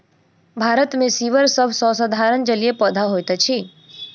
भारत मे सीवर सभ सॅ साधारण जलीय पौधा होइत अछि